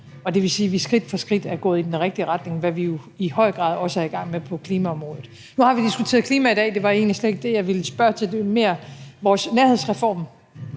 det vil sige, at vi skridt for skridt er gået i den rigtige retning, hvad vi jo i høj grad også er i gang med på klimaområdet. Nu har vi diskuteret klima i dag, og det var egentlig slet ikke det, jeg ville spørge til. Jeg ville gerne